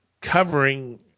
covering